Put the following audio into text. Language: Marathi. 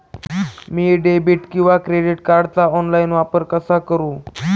मी डेबिट किंवा क्रेडिट कार्डचा ऑनलाइन वापर कसा करु?